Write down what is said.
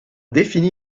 définit